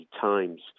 times